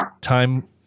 time